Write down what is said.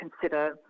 consider